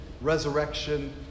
resurrection